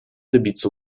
добиться